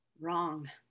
Wrong